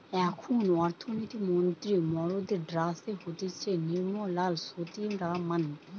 এখন অর্থনীতি মন্ত্রী মরদের ড্যাসে হতিছে নির্মলা সীতারামান